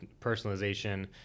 personalization